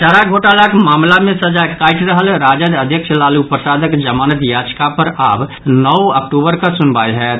चारा घोटालाक मामिला मे सजा काटि रहल राजद अध्यक्ष लालू प्रसादक जमानत याचिका पर आब नओ अक्टूबर कऽ सुनवाई होयत